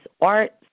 art